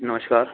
نمشکار